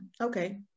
okay